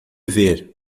ver